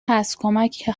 هست، کمک